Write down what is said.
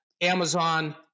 Amazon